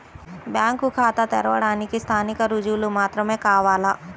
Bank ఖాతా తెరవడానికి స్థానిక రుజువులు మాత్రమే కావాలా?